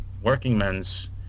Workingmen's